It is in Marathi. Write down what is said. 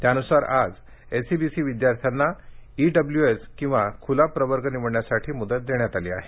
त्यानुसार आज एसईबीसी विद्यार्थ्यांना ईडब्लूएस किंवा खुला प्रवर्ग निवडण्यासाठी मुदत देण्यात आली आहे